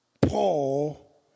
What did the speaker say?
Paul